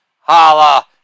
Holla